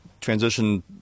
transition